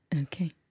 okay